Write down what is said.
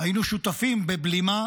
היינו שותפים בבלימה